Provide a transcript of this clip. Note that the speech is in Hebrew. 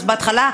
אז בהתחלה,